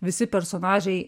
visi personažai